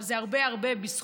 אבל זה הרבה בזכות